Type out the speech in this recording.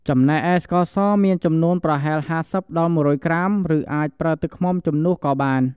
ចំណែកឯស្ករស មានចំនួនប្រហែល ៥០-១០០ ក្រាម ឬអាចប្រើទឹកឃ្មុំជំនួសក៏បាន។